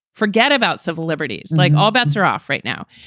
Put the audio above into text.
forget about civil liberties, and like all bets are off right now.